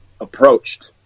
approached